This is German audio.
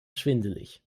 schwindelig